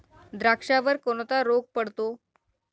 द्राक्षावर कोणता रोग पडतो?